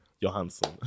Johansson